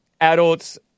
Adults